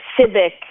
civic